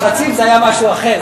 השרצים זה היה משהו אחר,